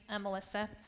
Melissa